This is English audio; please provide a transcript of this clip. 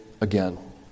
again